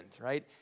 right